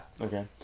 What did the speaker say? Okay